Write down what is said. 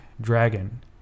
dragon